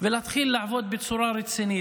להתחיל לעבוד בצורה רצינית.